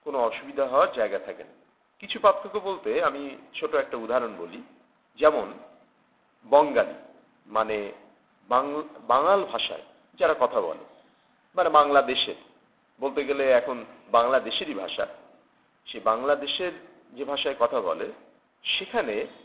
কোনো অসুবিধা হওয়ার জায়গা থাকে না কিছু পার্থক্য বলতে আমি ছোটো একটা উদাহরণ বলি যেমন বঙ্গালী মানে বাং বাঙাল ভাষায় যারা কথা বলে মানে বাংলাদেশের বলতে গেলে এখন বাংলাদেশেরই ভাষা সে বাংলাদেশের যে ভাষায় কথা বলে সেখানে